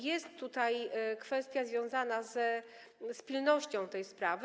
Jest tutaj kwestia związana z pilnością tej sprawy.